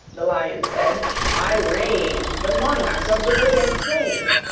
the lion said i reign the monarch of the wood and plain!